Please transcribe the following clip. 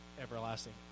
everlasting